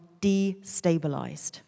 destabilized